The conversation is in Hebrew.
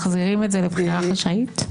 מחזירים את זה לבחירה חשאית?